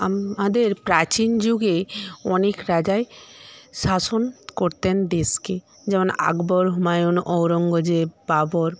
আমাদের প্রাচীন যুগে অনেক রাজাই শাসন করতেন দেশকে যেমন আকবর হুমায়ুন ঔরঙ্গজেব বাবর